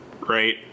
right